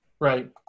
Right